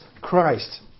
Christ